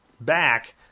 back